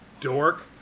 dork